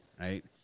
right